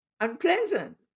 unpleasant